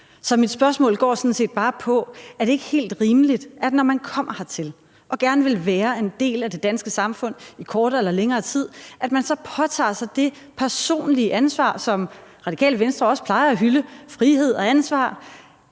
Så mit spørgsmål går sådan set bare på, om det ikke er helt rimeligt, at når man kommer hertil og gerne vil være en del af det danske samfund i kortere eller længere tid, så påtager man sig det personlige ansvar, som Radikale Venstre også plejer at hylde – frihed og ansvar